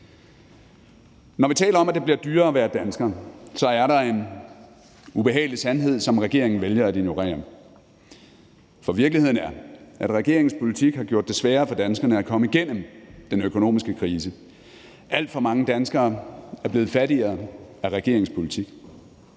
Når vi taler om, at det bliver dyrere at være dansker, så er der en ubehagelig sandhed, som regeringen vælger at ignorere. For virkeligheden er, at regeringens politik har gjort det sværere for danskerne at komme igennem den økonomiske krise. Alt for mange danskere er blevet fattigere af regeringens politik.